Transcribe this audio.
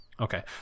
okay